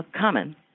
common